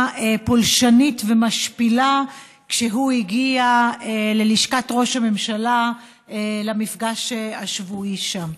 פולשנית ומשפילה כשהוא הגיע ללשכת ראש הממשלה למפגש השבועי שם.